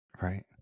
Right